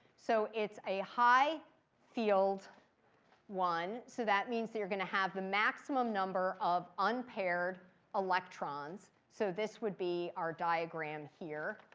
so it's a high field one. so that means that you're going to have the maximum number of unpaired electrons. so this would be diagram here.